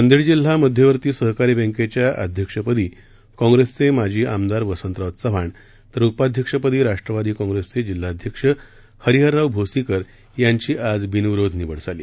नांदेड जिल्हा मध्यवर्ती सहकारी बँकेच्या अध्यक्षपदी काँप्रेसचे माजी आमदार वसंतराव चव्हाण तर उपाध्यक्षपदी राष्ट्रवादी काँप्रेसचे जिल्हाध्यक्ष हरिहरराव भोसीकर यांची आज बिनविरोध निवड झाली